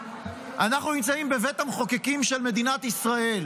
אנחנו נמצאים בבית המחוקקים של מדינת ישראל.